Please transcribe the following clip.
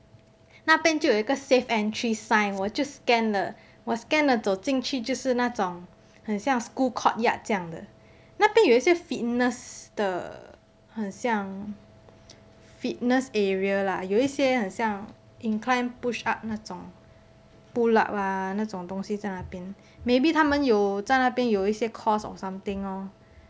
那边就有一个 safe entry sign 我就 scan 了我 scanned 了走进去就是那种很像 school courtyard 这样的那边有一些 fitness 的很像 fitness area lah 有一些很像 incline push up 那种 pull up lah 那种东西在那边 maybe 他们有在那边有一些 course or something lor